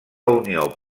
unió